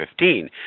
2015